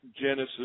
Genesis